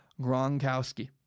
Gronkowski